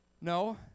No